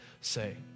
say